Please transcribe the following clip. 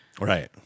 Right